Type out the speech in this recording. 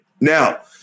Now